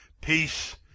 peace